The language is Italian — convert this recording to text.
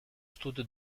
studio